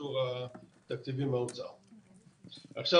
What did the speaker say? כאשר האנשים שזקוקים לנשימה בטיפול נמרץ לא מקבלים אותה.